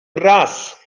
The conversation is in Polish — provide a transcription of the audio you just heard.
raz